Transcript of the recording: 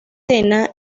tena